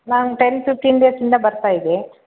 ನಾನು ten fifteen ಡೇಸಿಂದ ಬರ್ತಾಯಿದೆ